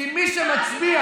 כי מי שמצביע,